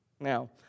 Now